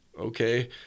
okay